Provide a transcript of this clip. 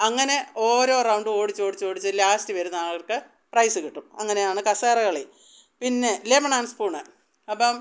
അങ്ങനെ ഓരോ റൗണ്ടും ഓടിച്ച് ഓടിച്ച് ഓടിച്ച് ലാസ്റ്റ് വരുന്നയാൾക്ക് പ്രൈസ് കിട്ടും അങ്ങനെയാണ് കസേരകളി പിന്നെ ലെമൺ ഏൻ സ്പൂണ് അപ്പം